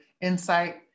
insight